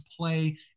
play